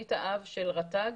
תוכנית האב של רט"ג